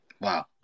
Wow